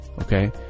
Okay